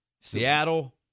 Seattle